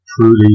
truly